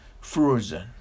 frozen